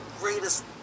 greatest